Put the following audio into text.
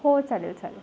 हो चालेल चालेल